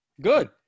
Good